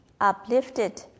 uplifted